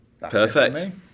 Perfect